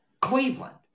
Cleveland